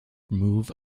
move